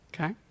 Okay